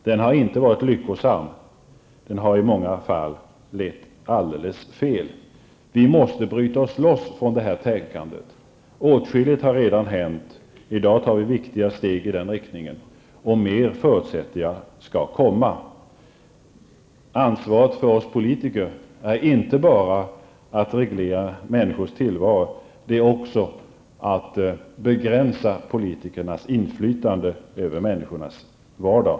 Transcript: Den har inte varit lyckosam utan har i många fall lett alldeles fel. Vi måste bryta oss loss från detta tänkande. Åtskilligt har redan hänt. I dag tar vi viktiga steg i den riktningen, och jag förutsätter att mer skall komma. Ansvaret för oss politiker är inte bara att reglera människors tillvaro utan också att begränsa politikernas inflytande över människornas vardag.